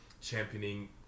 championing